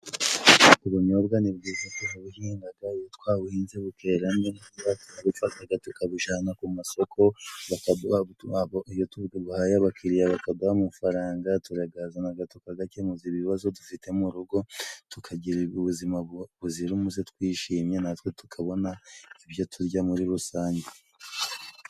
Ubunyobwa ni bwiza turabuhingaga iyo twabuhinze bukera neza turabufataga tukabujana ku masoko, bakaduha iyo tubuhaye abakiliriya bakaduha amafaranga turagazanaga tukagakemuza ibibazo dufite mu rugo, tukagira ubuzima buzira umuze twishimye natwe tukabona ibyo turya muri rusange.